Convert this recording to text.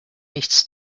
nichts